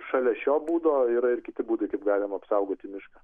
šalia šio būdo yra ir kiti būdai kaip galima apsaugoti mišką